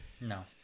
no